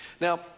Now